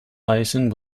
thiessen